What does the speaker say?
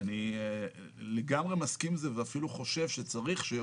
אני לגמרי מסכים עם זה ואפילו חושב שצריך שתהיה